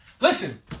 Listen